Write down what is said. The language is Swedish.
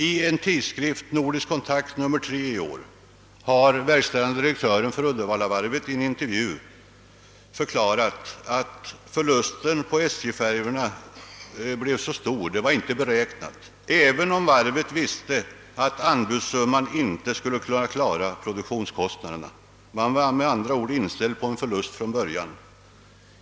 I nr 3 av tidskriften Nordisk kontakt för i år har verkställande direktören för Uddevallavarvet i en intervju förklarat att det inte var beräknat att förlusten på SJ-färjorna skulle bli så stor, även om varvet visste att anbudssumman inte skulle täcka produktionskostnaderna. Man var med andra ord från början inställd på förlust.